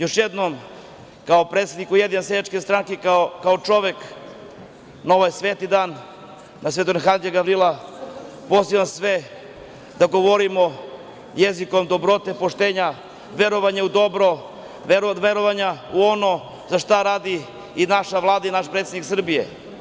Još jednom, kao predsednik Ujedinjene seljačke stranke, kao čovek, na ovaj sveti dan, na Svetog arhangela Gavrila, pozivam sve da govorimo jezikom dobrote, poštenja, verovanja u dobro, verovanja u ono za šta radi i naša Vlada i naš predsednik Srbije.